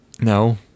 No